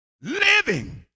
living